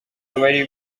abari